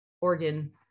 organ